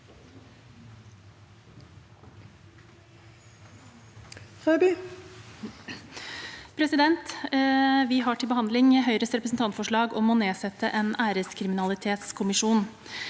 sa- ken): Vi har til behandling Høyres representantforslag om å nedsette en æreskriminalitetskommisjon.